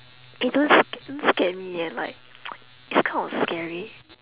eh don't sca~ don't scare me eh like it's kind of scary